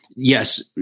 Yes